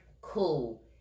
cool